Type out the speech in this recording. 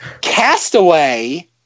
Castaway